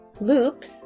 loops